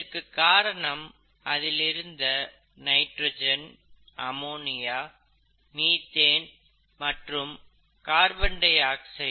இதற்கு காரணம் அதிலிருந்த நைட்ரஜன் அமோனியா மீத்தேன் மற்றும் கார்பன் டை ஆக்சைடு